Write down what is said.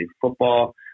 football